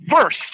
first